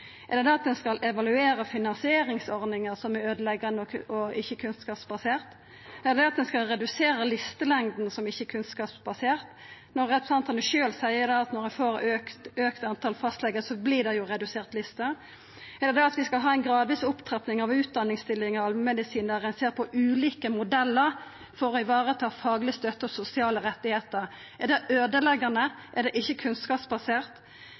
Er det det at ein skal evaluera finansieringsordninga som er øydeleggjande og ikkje kunnskapsbasert? Er det det at ein skal redusera listelengda som ikkje er kunnskapsbasert, når representantane sjølve seier at når ein får auka talet på fastlegar, vert det jo reduserte lister? Er det det at vi skal ha ei gradvis opptrapping av talet på utdanningsstillingar i allmennmedisin, der ein ser på ulike modellar for å vareta fagleg støtte og sosiale rettar? Er det øydeleggjande? Er det ikkje kunnskapsbasert?